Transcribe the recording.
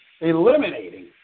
eliminating